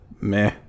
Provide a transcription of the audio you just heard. meh